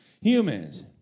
Humans